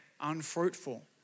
unfruitful